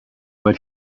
but